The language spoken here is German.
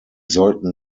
sollten